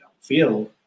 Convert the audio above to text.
feel